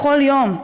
בכל יום,